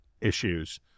issues